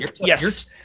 yes